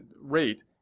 rate